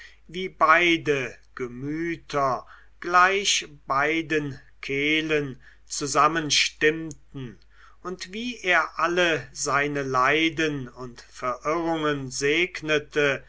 wie beide gemüter gleich beiden kehlen zusammen stimmten und wie er alle seine leiden und verirrungen segnete